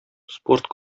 спорт